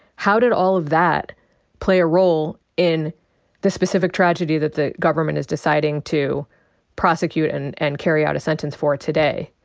how did all of that play a role in the specific tragedy that the government is deciding to prosecute and and carry out a sentence for today.